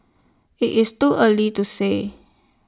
IT is too early to say